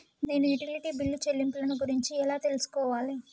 నేను utility bill చెల్లింపులను గురించి ఎలా తెలుసుకోవాలి?